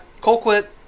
Colquitt